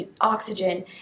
oxygen